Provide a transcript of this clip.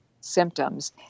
symptoms